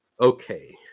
Okay